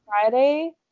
Friday